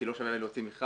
כי לא שווה להוציא מכרז,